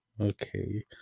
Okay